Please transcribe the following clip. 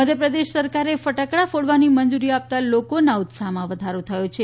મધ્યપ્રદેશ સરકારે ફટાકડા ફોડવાની મંજુરી આપતા લોકોના ઉત્સાહમાં વધારો થયો છે